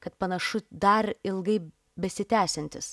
kad panašu dar ilgai besitęsiantis